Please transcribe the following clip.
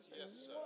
Yes